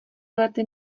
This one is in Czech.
lety